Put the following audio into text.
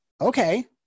Okay